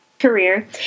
career